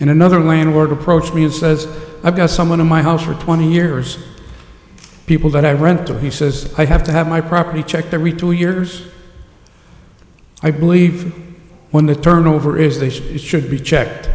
in another landlord approach me and says i've got someone in my house for twenty years people that i rent to he says i have to have my property checked every two years i believe when the turnover is they should be checked